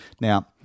now